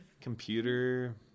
computer